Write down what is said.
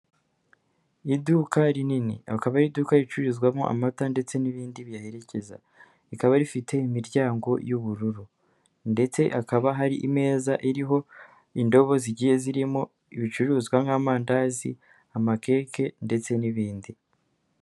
Iduka rinini akaba ari iduka ricururizwamo amata ndetse n'ibindi biyaherekeza rikaba rifite imiryango y'ubururu ndetse hakaba hari imeza iriho indobo zigiye zirimo ibicuruzwa nk'amandazi, amakeke ndetse n'ibindi.